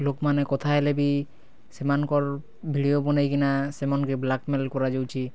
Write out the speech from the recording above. ଲୋକ୍ ମାନେ କଥା ହେଲେ ବି ସେମାନଙ୍କର ଭିଡ଼ିଓ ବନେଇ କିନା ସେମାନେଙ୍କେ ବ୍ଲାକମେଲ୍ କରାଯାଉଚି